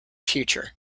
future